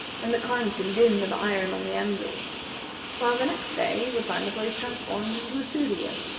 and the clank and din of iron on the anvils while the next day he would find the place transformed into a studio,